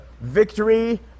victory